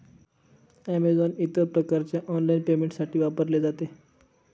Amazon इतर प्रकारच्या online पेमेंटसाठी वापरले जाते